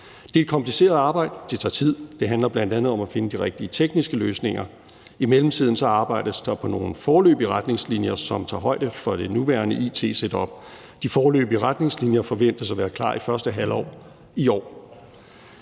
Det er et kompliceret arbejde. Det tager tid. Det handler bl.a. om at finde de rigtige tekniske løsninger. I mellemtiden arbejdes der på nogle foreløbige retningslinjer, som tager højde for det nuværende it-setup. De foreløbige retningslinjer forventes at være klar i første halvår i år.